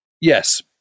yes